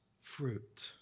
fruit